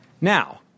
Now